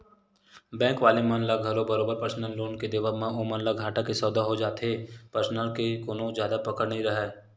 bank वाले मन ल घलो बरोबर परसनल लोन के देवब म ओमन ल घाटा के सौदा हो जाथे परसनल के कोनो जादा पकड़ राहय नइ